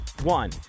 one